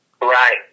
Right